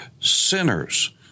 sinners